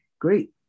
Great